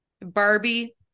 Barbie